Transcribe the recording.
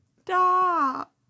Stop